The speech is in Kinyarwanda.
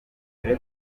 dore